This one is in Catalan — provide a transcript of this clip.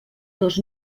dos